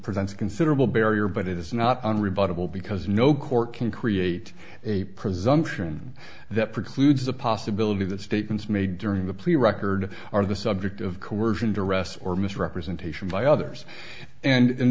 present a considerable barrier but it is not on rebuttable because no court can create a presumption that precludes the possibility that statements made during the plea record are the subject of coercion duress or misrepresentation by others and